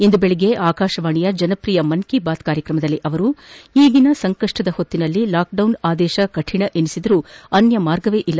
ಇಂದು ಬೆಳಗ್ಗೆ ಆಕಾಶವಾಣಿಯ ಜನಪ್ರಿಯ ಮನ್ ಕಿ ಬಾತ್ ಕಾರ್ಯಕ್ರಮದಲ್ಲಿ ಅವರು ಈಗಿನ ಸಂಕಷ್ಟ ಸನ್ನಿವೇಶದಲ್ಲಿ ಲಾಕ್ಡೌನ್ ಆದೇಶ ಕಠಿಣ ಎನಿಸಿದರೂ ಅನ್ಯ ಮಾರ್ಗವೇ ಇಲ್ಲ